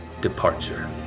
departure